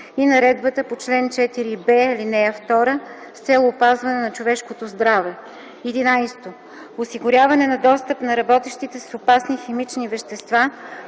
и наредбата по чл. 4б, ал. 2 с цел опазване на човешкото здраве; 11. осигуряване на достъп на работещите с опасни химични вещества